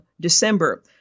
December